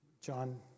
John